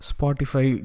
Spotify